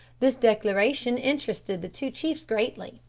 this declaration interested the two chiefs greatly,